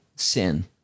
sin